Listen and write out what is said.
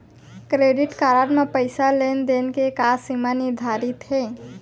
Credit card म पइसा लेन देन के का सीमा निर्धारित हे?